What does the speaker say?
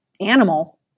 animal